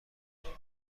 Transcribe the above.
خانوم